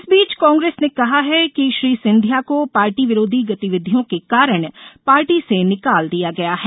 इस बीच कांग्रेस ने कहा है कि श्री सिधिया को पार्टी विरोधी गतिविधियों के कारण पार्टी से निकाल दिया गया है